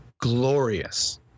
glorious